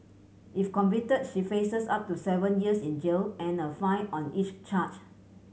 if convicted she faces up to seven years in jail and a fine on each charge